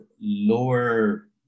lower